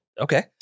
Okay